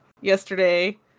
yesterday